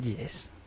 Yes